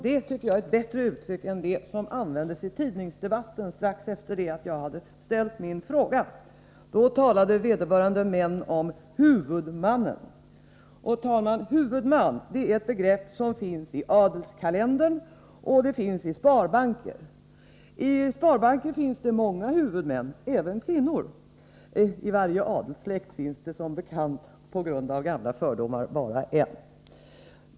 Det tycker jag är ett bättre uttryck än det som användes i tidningsdebatten strax efter det att jag hade ställt min fråga. Då talade vederbörande män om ”huvudmannen”. ”Huvudman” är ett begrepp som finns i adelskalendern och i sparbanker. I sparbanker finns det många s.k. huvudmän — även kvinnor. I varje adelssläkt finns det som bekant på grund av gamla fördomar bara en.